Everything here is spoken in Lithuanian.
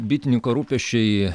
bitininko rūpesčiai